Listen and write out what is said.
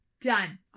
Done